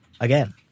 again